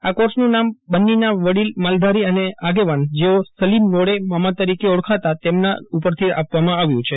આ કોર્સનું નામ બન્નીના વડીલ માલધારી અને આગેવાન જેઓ સલીમ નોડે મામા તરીકે ઓળખાતા તેમના ઉપરથી આપવામાં આવ્યું છે